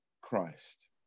Christ